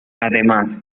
además